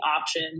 option